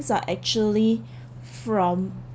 are actually from